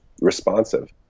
responsive